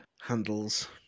handles